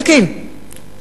אלקין,